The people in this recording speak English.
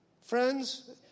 Friends